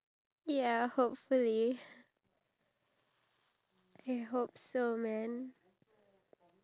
oh but I also want to try that the fried banana with cheese